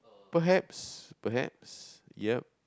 perhaps perhaps yep